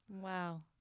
Wow